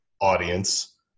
audience